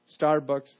Starbucks